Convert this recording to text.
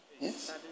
Yes